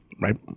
Right